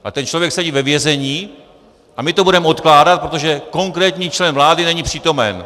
A ten člověk sedí ve vězení a my to budeme odkládat, protože konkrétní člen vlády není přítomen.